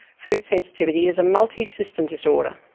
food sensitivity is a multisystem disorder.